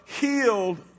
Healed